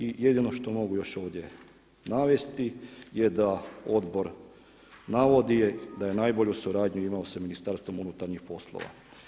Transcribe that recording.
I jedino što mogu još ovdje navesti je da odbor navodi da je najbolju suradnju imao sa Ministarstvom unutarnjih poslova.